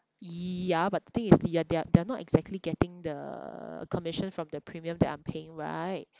ya but the thing is they're they're they're not exactly getting the commission from the premium that I'm paying right